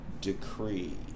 Decree